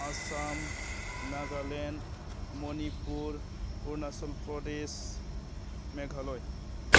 Assam Nagaland Manipur Arunachal Pradesh Meghalaya